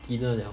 dinner liao